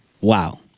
Wow